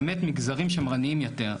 זה באמת מגזרים שמרניים יותר,